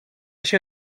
się